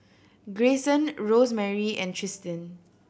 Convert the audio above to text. Greyson Rosemarie and Tristin